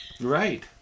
Right